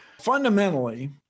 Fundamentally